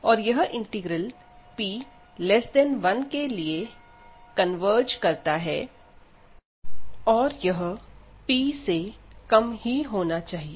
और यह integral p 1 के लिए कन्वर्ज करता है और यह p से कम ही होना चाहिए